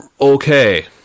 Okay